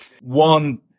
one